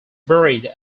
buried